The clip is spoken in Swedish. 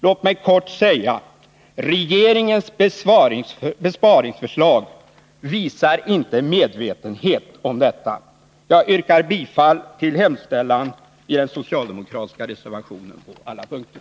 Låt mig kortfattat säga: Regeringens besparingsförslag visar inte medvetenhet om detta. Jag yrkar bifall till hemställan i den socialdemokratiska reservationen på alla punkter.